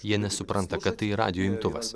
jie nesupranta kad tai radijo imtuvas